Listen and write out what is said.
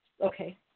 okay